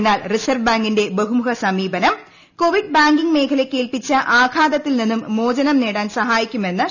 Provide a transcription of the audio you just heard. എന്നാൽ റിസർവ് ബാങ്കിന്റെ ബഹുമുഖ സമീപനം കോവിഡ് ബാങ്കിംഗ് മേഖലയ്ക്ക് ഏൽപ്പിച്ച ആഘാതത്തിൽ നിന്നും മോചനം നേടാൻ സഹായിക്കൂട്ടിമെന്ന് ശ്രീ